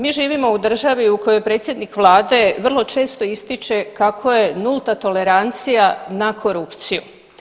Mi živimo u državi u kojoj predsjednik Vlade vrlo često ističe kako je nulta tolerancija na korupciju.